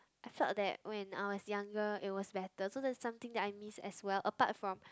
I feel that when I was younger it was better so that something that I miss as well apart from